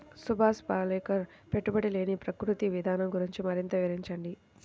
సుభాష్ పాలేకర్ పెట్టుబడి లేని ప్రకృతి విధానం గురించి మరింత వివరించండి